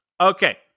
Okay